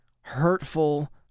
hurtful